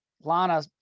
lana